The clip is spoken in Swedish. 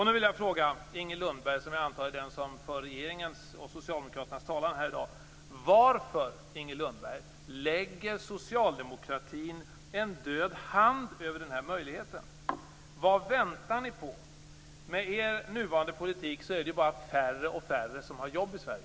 Nu vill jag fråga Inger Lundberg, som jag antar är den som för regeringens och Socialdemokraternas talan här i dag, varför socialdemokratin lägger en död hand över den här möjligheten. Vad väntar ni på? Med er nuvarande politik blir det bara färre och färre som får jobb i Sverige.